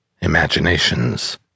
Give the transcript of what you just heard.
Imaginations